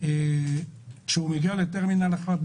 כשאדם מגיע לטרמינל 1,